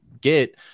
get